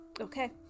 Okay